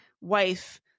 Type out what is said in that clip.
wife